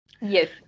Yes